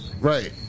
right